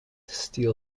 steel